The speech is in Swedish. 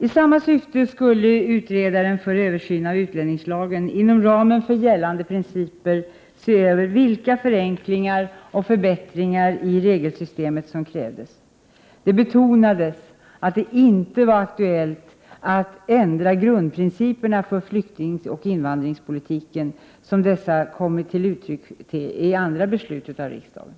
I samma syfte skulle utredaren för översyn av utlänningslagen inom ramen för gällande principer se över vilka förenklingar och förbättringar av regelsystemet som krävdes. Det betonades att det inte var aktuellt att ändra grundprinciperna för flyktingoch invandringspolitiken, som dessa kommit till uttryck i andra beslut av riksdagen.